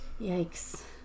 Yikes